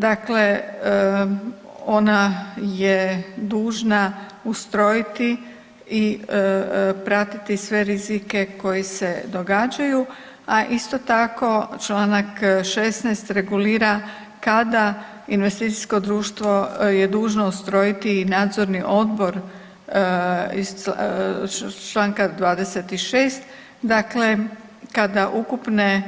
Dakle, ona je dužna ustrojiti i pratiti sve rizike koji se događaju, a isto tako čl. 16. regulira kada investicijsko društvo je dužno ustrojiti i nadzorni odbor iz čl. 26. dakle kada ukupna